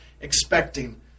expecting